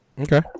Okay